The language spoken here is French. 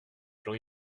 plans